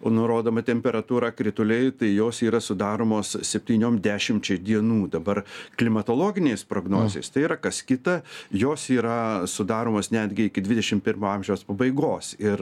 o nurodoma temperatūra krituliai tai jos yra sudaromos septyniom dešimčiai dienų dabar klimatologinės prognozės tai yra kas kita jos yra sudaromos netgi iki dvidešim pirmo amžiaus pabaigos ir